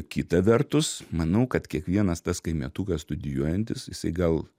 kita vertus manau kad kiekvienas tas kaimietukas studijuojantis jisai gal